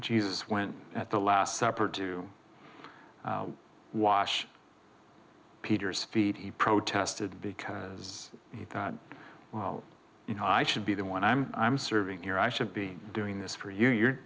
jesus went at the last supper to wash peter's feet he protested because he thought well you know i should be the one i'm serving your i should be doing this for you you're